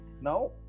Now